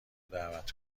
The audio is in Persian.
دعوت